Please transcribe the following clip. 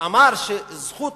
אמר שהזכות